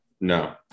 No